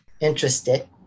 interested